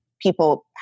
people